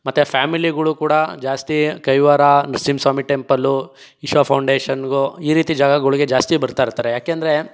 ಮತ್ತೆ ಫ್ಯಾಮಿಲಿಗಳು ಕೂಡ ಜಾಸ್ತಿ ಕೈವಾರ ನರಸಿಂಹ ಸ್ವಾಮಿ ಟೆಂಪಲು ಇಶಾ ಫೌಂಡೇಶನ್ಗೋ ಈ ರೀತಿ ಜಾಗಗಳಿಗೆ ಜಾಸ್ತಿ ಬರ್ತಾಯಿರ್ತಾರೆ ಯಾಕೆಂದ್ರೆ